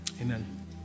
amen